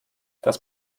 das